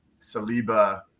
Saliba